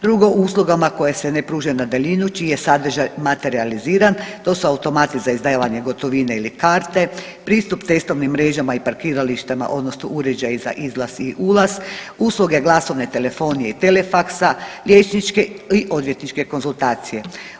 Drugo, uslugama koje se ne pruže na daljinu čiji je sadržaj materijaliziran to su automati za izdavanje gotovine ili karte, pristup cestovnim mrežama i parkiralištima odnosno uređaji za izlaz i ulaz, usluge glasovne telefonije i telefaksa, liječničke i odvjetničke konzultacije.